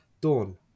Dawn